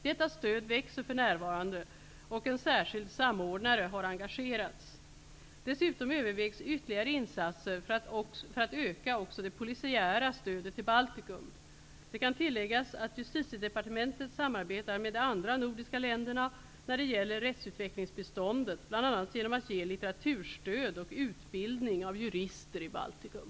Detta stöd växer för närvarande och en särskild samordnare har engagerats. Dessutom övervägs ytterligare insatser för att öka också det polisiära stödet till Baltikum. Det kan tilläggas att Justitiedepartementet samarbetare med de andra nordiska länderna när det gäller rättsutvecklingsbiståndet, bl.a. genom att ge litteraturstöd och utbildning av jurister i Baltikum.